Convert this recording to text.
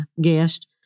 guest